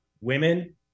women